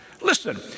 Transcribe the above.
Listen